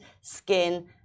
skin